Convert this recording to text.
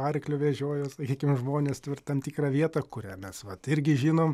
arkliu vežiojo sakykim žmones tam tikrą vietą kurią mes vat irgi žinom